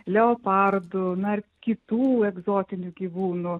leopardų na ir kitų egzotinių gyvūnų